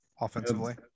offensively